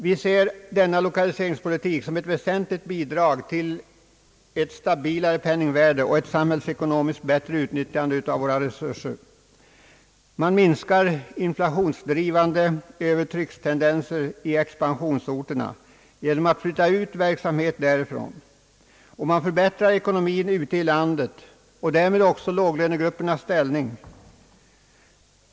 Vi ser denna lokaliseringspolitik som ett väsentligt bidrag till att uppnå ett stabilare penningvärde och ett samhällsekonomiskt bättre utnyttjande av våra resurser. Man minskar inflationsdrivande övertryckstendenser i expansionsorterna genom att flytta ut verksamhet därifrån, och man förbättrar ekonomin ute i landet och därmed låglönegruppernas ställning.